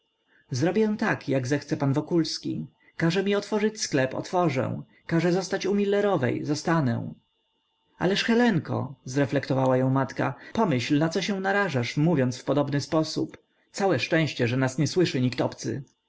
zrobię tak jak zechce pan wokulski każe mi otworzyć sklep otworzę każe zostać u milerowej zostanę ależ helenko zreflektowała ją matka pomyśl naco się narażasz mówiąc w podobny sposób całe szczęście że nas nie słyszy